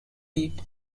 beat